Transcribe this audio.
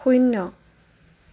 শূন্য